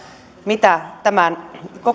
mitä tämän